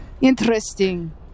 Interesting